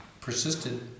persisted